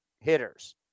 hitters